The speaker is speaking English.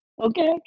Okay